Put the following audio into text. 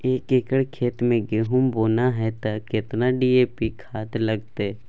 एक एकर खेत मे गहुम बोना है त केतना डी.ए.पी खाद लगतै?